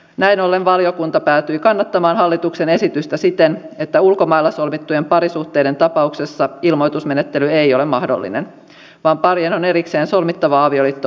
näin ollen valiokunta päätyi kannattamaan hallituksen esitystä siten että ulkomailla solmittujen parisuhteiden tapauksessa ilmoitusmenettely ei ole mahdollinen vaan parien on erikseen solmittava avioliitto uudestaan